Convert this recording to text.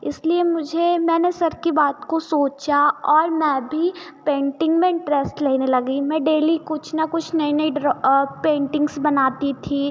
इसलिए मुझे मैंने सब कि बात को सोचा और मैं भी पेंटिंग में इन्टरेस्ट लेने लगी मैं डेली कुछ न कुछ नई नई ड्रॉ पेंटिंग्स बनाती थी